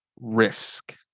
risk